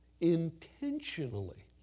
intentionally